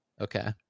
Okay